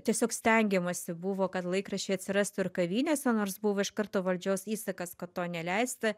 tiesiog stengiamasi buvo kad laikraščiai atsirastų ir kavinėse nors buvo iš karto valdžios įsakas kad to neleista